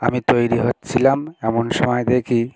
আমি তৈরি হচ্ছিলাম এমন সময় দেখি